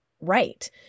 right